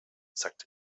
sagt